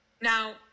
Now